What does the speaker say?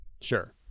sure